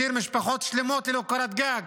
משאיר משפחות שלמות ללא קורת גג.